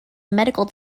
medical